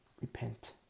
repent